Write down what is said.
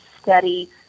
steady